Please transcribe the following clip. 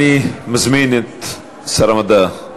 אני מזמין את שר המדע,